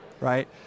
right